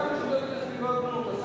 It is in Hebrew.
הוועדה המשותפת לסביבה ובריאות.